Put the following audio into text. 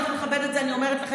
אני אומרת לכם,